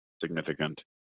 significant